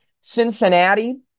Cincinnati